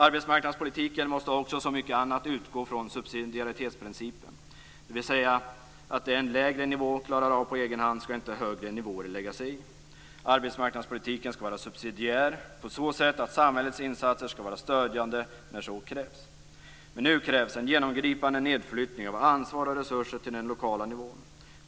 Arbetsmarknadspolitiken måste också, som mycket annat, utgå från subsidiaritetsprincipen, dvs. att det som en lägre nivå klarar av på egen hand skall inte högre nivåer lägga sig i. Arbetsmarknadspolitiken skall vara subsidiär på så sätt att samhällets insatser skall vara stödjande när så krävs. Men nu krävs en genomgripande nedflyttning av ansvar och resurser till den lokala nivån.